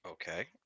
Okay